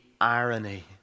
irony